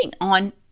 on